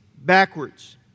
backwards